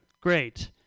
Great